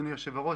אדוני היושב-ראש,